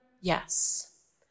Yes